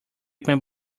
break